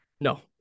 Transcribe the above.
No